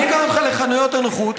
אני אקח אותך לחנויות הנוחות.